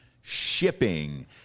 shipping